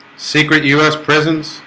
secret us prisons